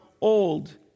old